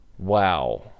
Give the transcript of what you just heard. Wow